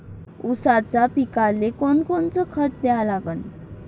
ऊसाच्या पिकाले कोनकोनचं खत द्या लागन?